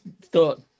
thought